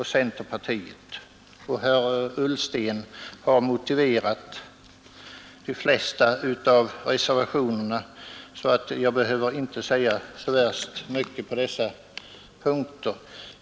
Herr Ullsten har motiverat de flesta av reservationerna, och jag behöver därför inte säga så värst mycket på dessa punkter.